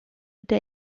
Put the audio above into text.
der